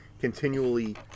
continually